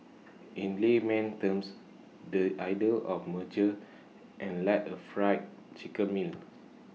in layman terms the idea of merger and like A Fried Chicken meal